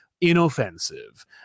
inoffensive